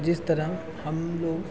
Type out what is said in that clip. जिस तरह हम लोग